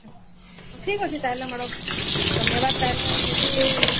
ଠିକ୍ ଅଛି ତାହେଲେ ମ୍ୟାଡମ୍ ଧନ୍ୟବାଦ ତାହେଲେ ଯଦି